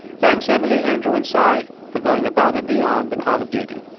thanks, emily, andrew and si, for going above and beyond the call of duty